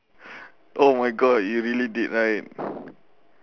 oh my god you really did right